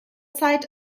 zeit